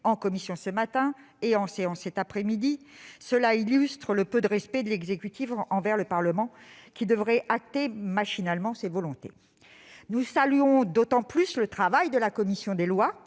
en commission, ce matin, et en séance, cet après-midi. Cela illustre le peu de respect de l'exécutif envers le Parlement, qui devrait acter machinalement ses volontés. Nous saluons d'autant plus le travail de la commission des lois.